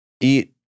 eat